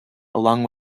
along